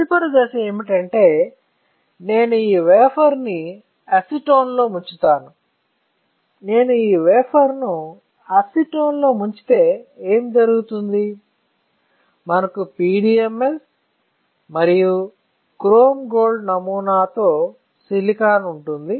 తదుపరి దశ ఏమిటంటే నేను ఈ వేఫర్ను అసిటోన్లో ముంచుతాను నేను ఈ వేఫర్ ను అసిటోన్లో ముంచితే ఏమి జరుగుతుందో మనకు PDMS మరియు క్రోమ్ గోల్డ్ నమూనాతో సిలికాన్ ఉంటుంది